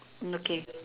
mm okay